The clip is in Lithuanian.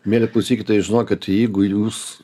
mieli klausykytojai žinokit jeigu jūs